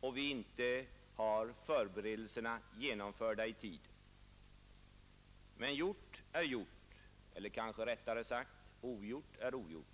och vi inte genomfört förberedelser i tid. Men gjort är gjort — eller kanske rättare sagt: ogjort är ogjort.